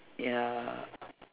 ya